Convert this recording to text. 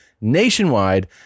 nationwide